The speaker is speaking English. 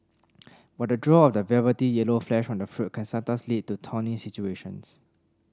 but the draw of the velvety yellow flesh from the fruit can sometimes lead to thorny situations